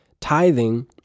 tithing